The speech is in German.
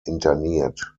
interniert